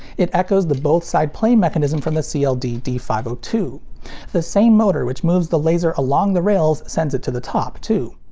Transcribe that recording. it echoes the both side play mechanism from the cld d five the same motor which moves the laser along the rails sends it to the top, too.